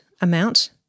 amount